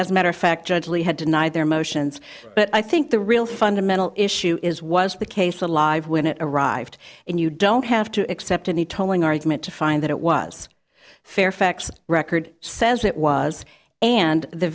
as a matter of fact judge lee had denied their motions but i think the real fundamental issue is was the case alive when it arrived and you don't have to accept any towing argument to find that it was fairfax record says it was and the